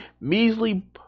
measly